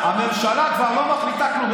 הממשלה כבר לא מחליטה כלום,